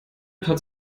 hatte